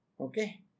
Okay